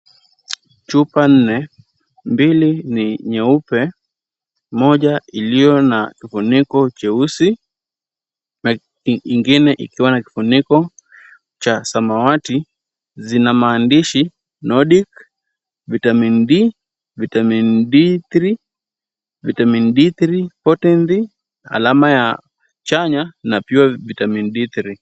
Chupa nne, mbili ni nyeupe moja iliyo na kifuniko cheusi na kingine ikiwa na kifuniko cha samawati zina maandishi nodic, vitamini D, vitamin D3, vitamin D3, protein D , alama ya chanya na pure vitamini D3 .